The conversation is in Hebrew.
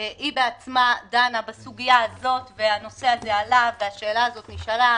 היא בעצמה דנה בסוגיה הזו והנושא הזה עלה והשאלה הזו נשאלה,